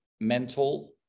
mental